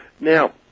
Now